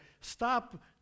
stop